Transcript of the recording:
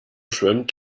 schwimmt